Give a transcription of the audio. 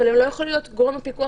אבל הוא לא יכול להיות גורם הפיקוח